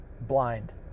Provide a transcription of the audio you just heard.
blind